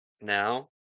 now